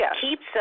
keeps